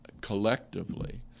collectively